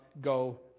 go